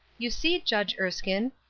you see, judge erskine,